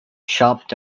chopped